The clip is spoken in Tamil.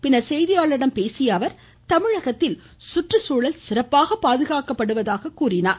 பின்னர் செய்தியாளர்களிடம் பேசிய அவர் தமிழகத்தில் சுற்றுச்சூழல் சிறப்பாக பாதுகாக்கப்படுவதாக குறிப்பிட்டார்